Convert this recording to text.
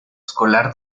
escolar